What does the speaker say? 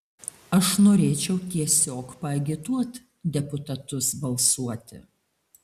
aš norėčiau tiesiog paagituot deputatus balsuoti